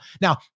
Now